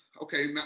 okay